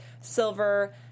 Silver